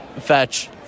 fetch